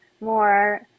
more